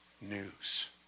news